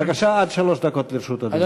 בבקשה, עד שלוש דקות לרשות אדוני.